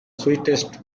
sweetest